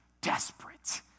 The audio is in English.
desperate